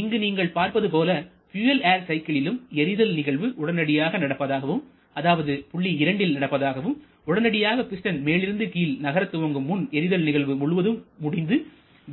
இங்கு நீங்கள் பார்ப்பது போல பியூயல் ஏர் சைக்கிளிலும் எரிதல் நிகழ்வு உடனடியாக நடப்பதாகவும்அதாவது புள்ளி 2 ல் நடப்பதாகவும் உடனடியாக பிஸ்டன் மேலிருந்து கீழ் நகரத் துவங்கும் முன் எரிதல் நிகழ்வு முழுவதும் முடிந்து